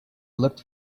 looked